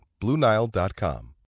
BlueNile.com